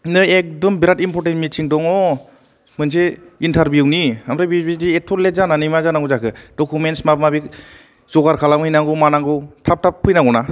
नो एखदम बेराद इम्परटेन मिथिं दं मोनसे इन्टारबिउनि आमफ्राय बे बिदि एथ' लेथ जानानै मा जानांगौ जाखो डखुमेन्स माबा माबि जगार खालाम हैनांगौ मानांगौ थाब थाब फैनांगौ ना